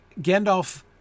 Gandalf